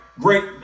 great